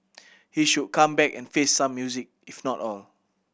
he should come back and face some music if not all